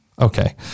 Okay